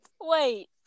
Wait